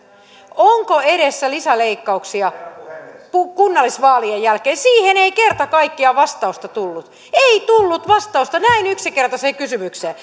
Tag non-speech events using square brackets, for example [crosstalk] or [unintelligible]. onko edessä lisäleikkauksia kunnallisvaalien jälkeen siihen ei kerta kaikkiaan vastausta tullut ei tullut vastausta näin yksinkertaiseen kysymykseen [unintelligible]